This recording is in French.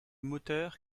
moteurs